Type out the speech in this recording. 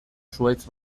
zuhaitz